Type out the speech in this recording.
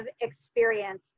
experience